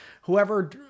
Whoever